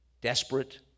desperate